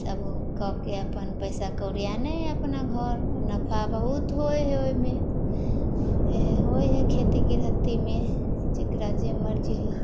सब कऽ के अपन पैसा कौड़ी आनैया अपना घरमे नफा बहुत होइ हइ ओहिमे होइ हइ खेती गृहस्तीमे जेकरा जे मर्जी हइ